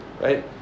right